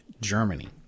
Germany